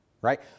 right